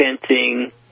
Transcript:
fencing